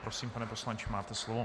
Prosím, pane poslanče, máte slovo.